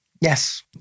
Yes